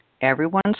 everyone's